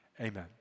Amen